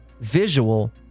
visual